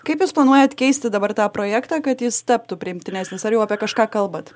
kaip jūs planuojat keisti dabar tą projektą kad jis taptų priimtinesnis ar jau apie kažką kalbat